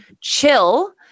chill